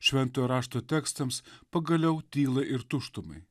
šventojo rašto tekstams pagaliau tylai ir tuštumai